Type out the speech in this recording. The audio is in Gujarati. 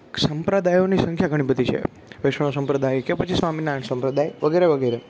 સંપ્રદાયોની સંખ્યા ઘણીબધી છે વૈષ્ણવ સંપ્રદાય કે પછી સ્વામિનારાયણ સંપ્રદાય વગેરે વગેરે